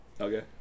Okay